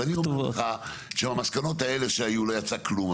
אז אני אומר לך שמהמסקנות האלה שהיו לא יצא כלום.